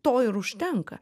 to ir užtenka